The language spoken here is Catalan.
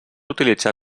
utilitzar